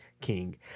king